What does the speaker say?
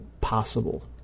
possible